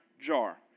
jar